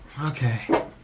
Okay